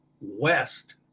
west